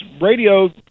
radio